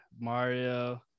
Mario